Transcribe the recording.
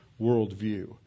worldview